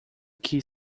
que